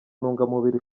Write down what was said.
ntungamubiri